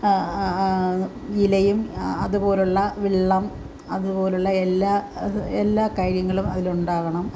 ഇലയും അതുപോലെയുള്ള വെള്ളം അതുപോലെയുള്ള എല്ലാ അത് എല്ലാ കാര്യങ്ങളും അതിൽ ഉണ്ടാകണം